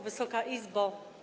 Wysoka Izbo!